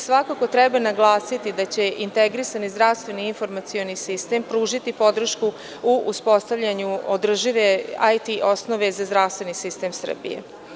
Svakako treba naglasiti da će Integrisani zdravstveni informacioni sistem pružiti podršku u uspostavljanju održive IT osnove za zdravstveni sistem Srbije.